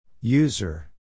User